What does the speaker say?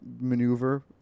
maneuver